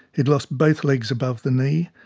he'd lost both legs above the knee.